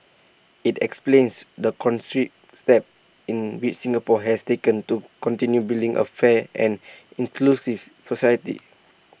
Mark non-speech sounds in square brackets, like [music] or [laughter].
IT explains the [unintelligible] steps in which Singapore has taken to continue building A fair and inclusive society